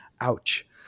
ouch